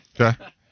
Okay